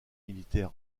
militaire